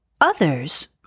Others